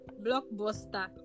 blockbuster